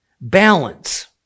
balance